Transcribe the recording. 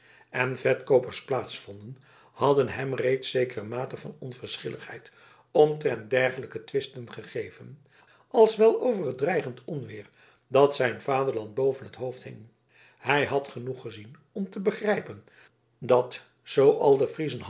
vonden hadden hem reeds zekere mate van onverschilligheid omtrent dergelijke twisten gegeven als wel over het dreigend onweer dat zijn vaderland boven het hoofd hing hij had genoeg gezien om te begrijpen dat zoo al de friezen